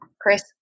Chris